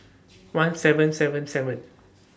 one seven seven seven